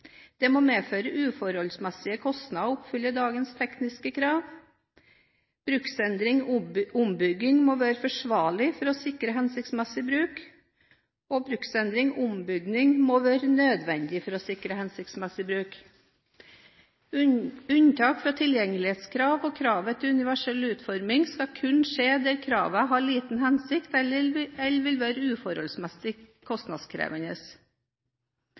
Det må medføre uforholdsmessige kostnader å oppfylle dagens tekniske krav. Bruksendringen/ombyggingen må være forsvarlig for å sikre hensiktsmessig bruk. Bruksendringen/ombyggingen må være nødvendig for å sikre hensiktsmessig bruk. Unntak fra tilgjengelighetskrav og kravet til universell utforming skal kun skje der kravene har liten hensikt, eller det vil være uforholdsmessig kostnadskrevende